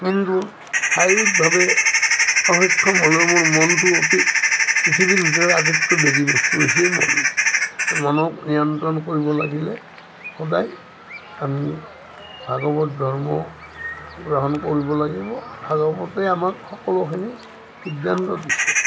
কিন্তু শাৰীৰিকভাৱে অসক্ষম হ'লেও মোৰ মনটো অতি পৃথিৱীৰ ভিতৰত আটাইতকৈ বেগী বস্তু হৈছে এই মন মনক নিয়ন্ত্ৰণ কৰিব লাগিলে সদায় আমি ভাগৱত ধৰ্ম গ্ৰহণ কৰিব লাগিব ভাগৱতে আমাক সকলোখিনি সিদ্ধান্ত দিছে